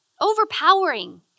Overpowering